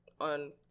on